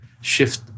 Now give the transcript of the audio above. shift